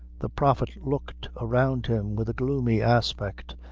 the prophet looked around him with a gloomy aspect,